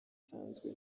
nsanzwe